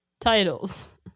titles